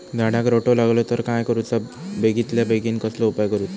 झाडाक रोटो लागलो तर काय करुचा बेगितल्या बेगीन कसलो उपाय करूचो?